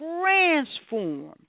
transformed